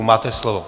Máte slovo.